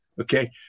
Okay